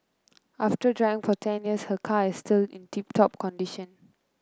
after driving for ten years her car is still in tip top condition